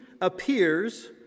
appears